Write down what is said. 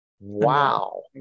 wow